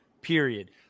period